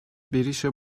berişa